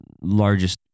largest